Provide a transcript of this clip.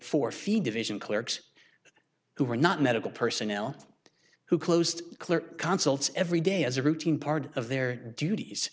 four feed division clerks who were not medical personnel who closed clear consulates every day as a routine part of their duties